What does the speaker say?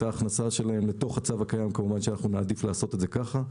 ההכנסה שלהם לתוך הצו הקיים כמובן שנעדיף לעשות זאת ככה.